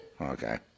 okay